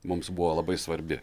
mums buvo labai svarbi